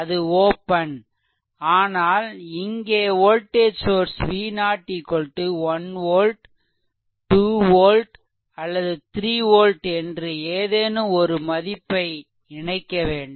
அது ஓப்பன் ஆனால் இங்கே voltage source V0 1 volt 2 volt அல்லது 3 வோல்ட் என்று ஏதேனும் ஒரு மதிப்பை இணைக்கவேண்டும்